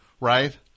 Right